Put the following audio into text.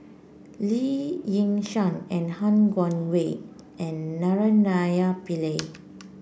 Lee Yi Shyan and Han Guangwei and Naraina Pillai